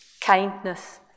kindness